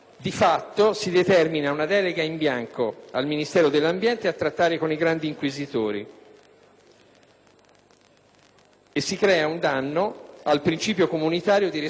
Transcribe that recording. e si crea un danno al principio comunitario di responsabilità e prevenzione ambientale.